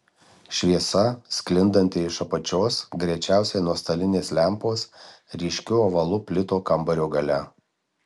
šviesa sklindanti iš apačios greičiausiai nuo stalinės lempos ryškiu ovalu plito kambario gale